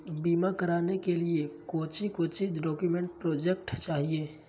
बीमा कराने के लिए कोच्चि कोच्चि डॉक्यूमेंट प्रोजेक्ट चाहिए?